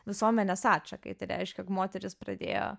visuomenės atšakai tai reiškia jog moteris pradėjo